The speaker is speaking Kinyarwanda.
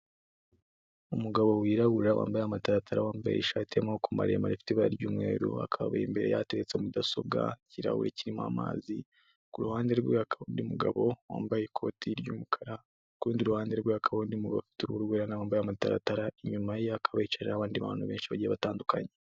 Umugabo w'irabura wambaye amataratara, wambaye ishati y'amaboko maremare afite ibara ry'umweru akaba imbere ye yahateretse mudasobwa, ikirahure kirimo amazi, kuruhande rwe hakaba undi mugabo wambaye ikoti ry'umukara kurundi ruhande rwe hakaba harundi mugabo afite uruhu rwera nawe yambaye amataratara, inyuma ye hakaba hicaye abandi bantu benshi bagiye batandukanye.